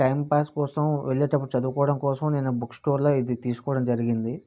time pass కోసం వెళ్ళేటప్పుడు చదువుకోవడం కోసం నేను బుక్ స్టోర్లో ఇది తీసుకోవడం జరిగింది